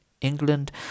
England